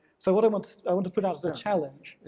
so what um what i want to put out as a challenge,